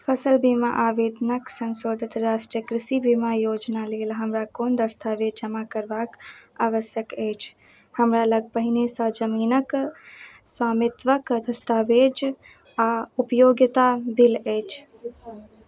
फसिल बीमा आवेदनके सन्शोधित राष्ट्रीय कृषि बीमा योजना लेल हमरा कोन दस्तावेज जमा करबाक आवश्यक अछि हमरालग पहिनहिसँ जमीनके स्वामित्वक दस्तावेज आओर उपयोगिता भेल अछि